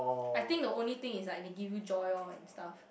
I think the only thing is like they give you joy orh and stuff